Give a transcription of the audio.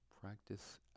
practice